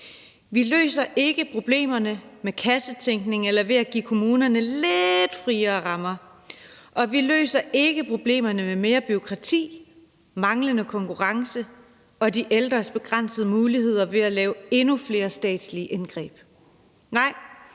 Vi løser ikke problemerne ved kassetænkning eller ved at give kommunerne lidt friere rammer, og vi løser ikke problemerne med mere bureaukrati, manglende konkurrence og de ældres begrænsede muligheder ved at lave endnu flere statslige indgreb.